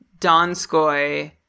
Donskoy